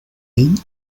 ell